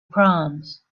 proms